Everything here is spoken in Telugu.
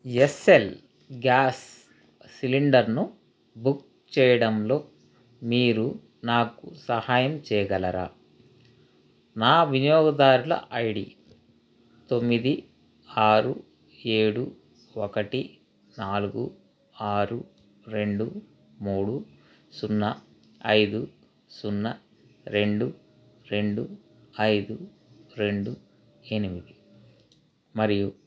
ఎస్ ఎల్ గ్యాస్ సిలిండర్ను బుక్ చేయడంలో మీరు నాకు సహాయం చేయగలరా నా వినియోగదారుల ఐ డి తొమ్మిది ఆరు ఏడు ఒకటి నాలుగు ఆరు రెండు మూడు సున్నా ఐదు సున్నా రెండు రెండు ఐదు రెండు ఎనిమిది మరియు